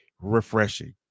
refreshing